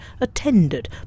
attended